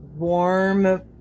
warm